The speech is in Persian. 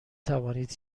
توانید